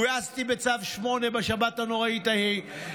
גויסתי בצו 8 בשבת הנוראית ההיא,